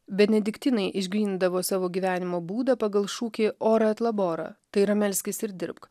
benediktinai išgrynindavo savo gyvenimo būdą pagal šūkį ora et labora tai yra melskis ir dirbk